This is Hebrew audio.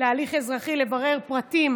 להליך אזרחי לברר פרטים